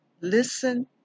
Listen